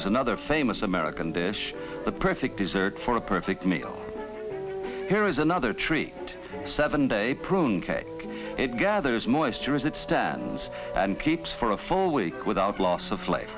weapons another famous american desh the perfect dessert for a perfect meal here is another tree seven day prune it gathers moisture as it stands and keeps for a full week without loss of life